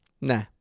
Nah